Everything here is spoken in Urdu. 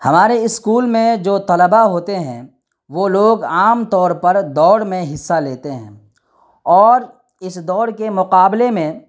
ہمارے اسکول میں جو طلباء ہوتے ہیں وہ لوگ عام طور پر دوڑ میں حصہ لیتے ہیں اور اس دوڑ کے مقابلے میں